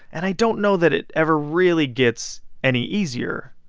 and i don't know that it ever really gets any easier.